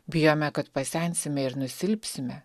bijome kad pasensime ir nusilpsime